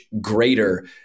greater